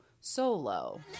solo